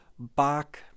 Bach